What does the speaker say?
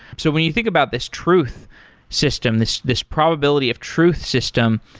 so when you think about this truth system, this this probability of truth system,